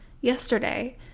yesterday